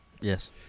Yes